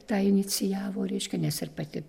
tą inicijavo reiškia nes ir pati